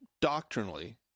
doctrinally